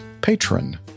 patron